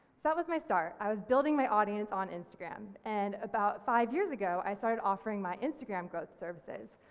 that was my start, i was building my audience on instagram and about five years ago, i started offering my instagram growth services.